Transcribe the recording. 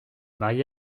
marié